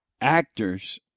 actors